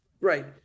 Right